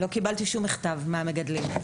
לא קיבלתי שום מכתב מהמגדלים.